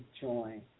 join